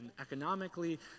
economically